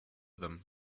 them